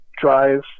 drive